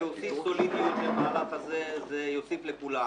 להוסיף סולידיות למהלך הזה זה יוסיף לכולם.